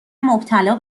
مبتلا